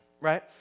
right